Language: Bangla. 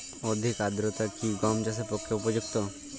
অধিক আর্দ্রতা কি গম চাষের পক্ষে উপযুক্ত?